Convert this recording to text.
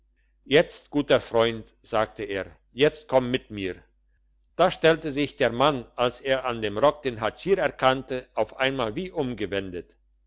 jetzt guter freund sagte er jetzt kommt mit mir da stellte sich der mann als er an dem rock den hatschier erkannte auf einmal wie umgewendet